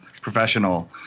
professional